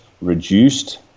reduced